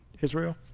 Israel